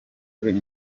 kuri